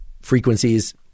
frequencies